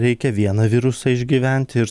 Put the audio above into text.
reikia vieną virusą išgyvent ir